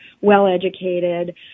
well-educated